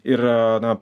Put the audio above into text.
ir na